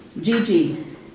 Gigi